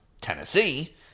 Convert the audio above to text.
Tennessee